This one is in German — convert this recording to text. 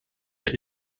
der